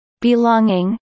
belonging